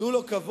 תנו לו כבוד.